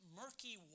murky